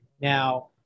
Now